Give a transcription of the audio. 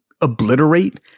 obliterate